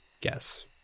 guess